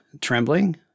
trembling